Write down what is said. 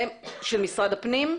זה תקציב של משרד הפנים?